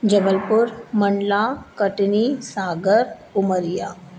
Jabalpur Mandla Katni Sagar Umaria